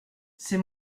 c’est